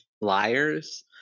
liars